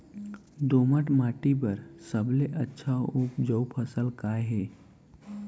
दोमट माटी बर सबले अच्छा अऊ उपजाऊ फसल का हे?